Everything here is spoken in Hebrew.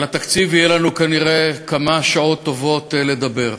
על התקציב יהיו לנו כנראה כמה שעות טובות לדבר.